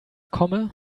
komme